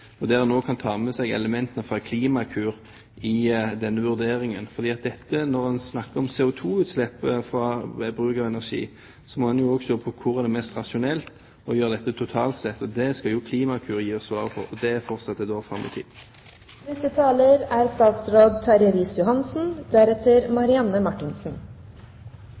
2012. Der kan en også ta med seg elementene fra Klimakur i den vurderingen. For når man snakker om CO2-utslipp ved bruk av energi, må en også se på hvor det er mest rasjonelt å gjøre dette totalt sett, og det skal jo Klimakur gi svaret på. Det er fortsatt et år fram i tid. Som representanten Solvik-Olsen er